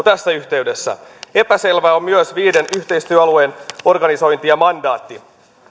tässä yhteydessä epäselvää on myös viiden yhteistyöalueen organisointi ja mandaatti